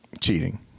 Cheating